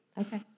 Okay